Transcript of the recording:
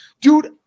dude